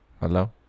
Hello